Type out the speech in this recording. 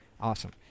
Awesome